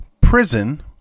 prison